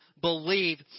believe